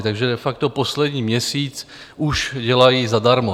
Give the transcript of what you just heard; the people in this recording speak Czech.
Takže de facto poslední měsíc už dělají zadarmo.